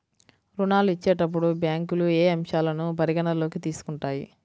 ఋణాలు ఇచ్చేటప్పుడు బ్యాంకులు ఏ అంశాలను పరిగణలోకి తీసుకుంటాయి?